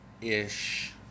ish